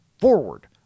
forward